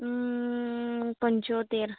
હુમ પંચોતેર